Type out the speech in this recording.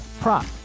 prop